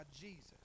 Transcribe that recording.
Jesus